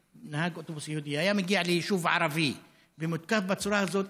אוטובוס יהודי היה מגיע ליישוב ערבי ומותקף בצורה הזאת,